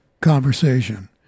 conversation